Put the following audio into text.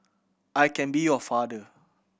I can be your father